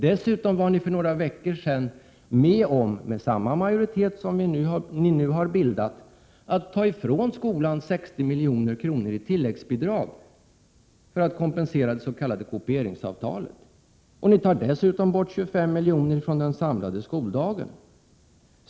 Dessutom var ni för några veckor sedan med om —- med samma majoritet som ni nu har bildat — att ta ifrån skolan 60 milj.kr. i tilläggsbidrag för att kompensera det s.k. kopieringsavtalet. Ni tar dessutom bort 25 milj.kr. från den samlade skoldagen.